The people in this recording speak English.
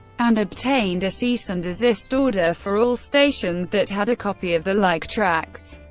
and obtained a cease and desist order for all stations that had a copy of the like tracks.